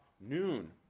noon